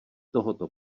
tohoto